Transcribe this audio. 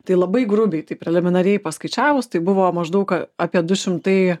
tai labai grubiai taip preliminariai paskaičiavus tai buvo maždaug apie du šimtai